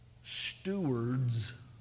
stewards